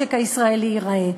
המשק הישראלי ייראה,